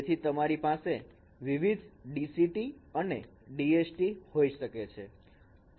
તેથી તમારી પાસે વિવિધ DCTs અને DSTs હોઈ શકે છે